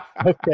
okay